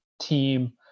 team